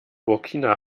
burkina